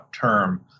term